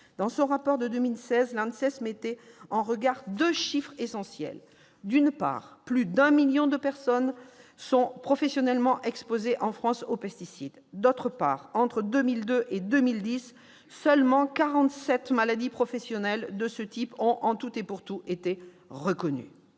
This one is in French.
Dans son rapport de 2016, l'ANSES mettait en regard deux chiffres essentiels : d'une part, plus de 1 million de personnes sont professionnellement exposées en France aux pesticides ; d'autre part, entre 2002 et 2010, seulement 47 maladies professionnelles de ce type ont en tout et pour tout été reconnues.